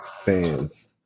fans